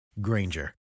Granger